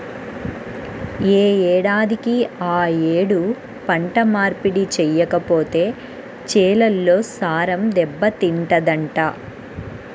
యే ఏడాదికి ఆ యేడు పంట మార్పిడి చెయ్యకపోతే చేలల్లో సారం దెబ్బతింటదంట